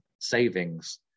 savings